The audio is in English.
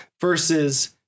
versus